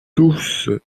tous